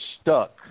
stuck